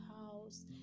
house